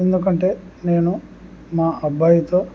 ఎందుకంటే నేను మా అబ్బాయితో